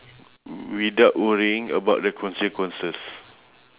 without worrying about the consequences